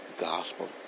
gospel